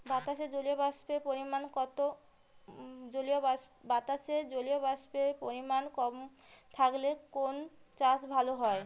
বাতাসে জলীয়বাষ্পের পরিমাণ কম থাকলে কোন চাষ ভালো হয়?